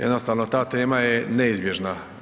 Jednostavno, ta tema je neizbježna.